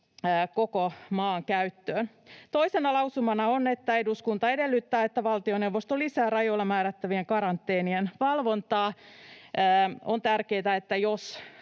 koko maan käyttöön. Toisena lausumana on: ”Eduskunta edellyttää, että valtioneuvosto lisää rajoilla määrättävien karanteenien valvontaa.” On tärkeätä, että jos